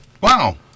Wow